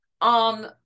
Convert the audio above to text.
on